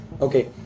Okay